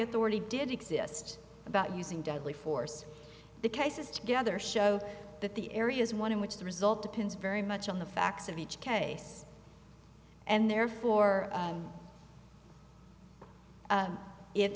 authority did exist about using deadly force the cases together show that the area is one in which the result depends very much on the facts of each case and therefore